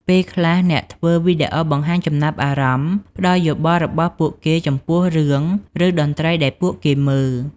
ពេលខ្លះអ្នកធ្វើវីដេអូបង្ហាញចំណាប់អារម្មណ៍ ផ្តល់យោបល់របស់ពួកគេចំពោះរឿង ឬតន្ត្រីដែលពួកគេមើល។